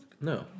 No